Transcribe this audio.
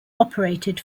operated